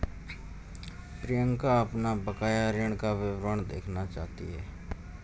प्रियंका अपना बकाया ऋण का विवरण देखना चाहती है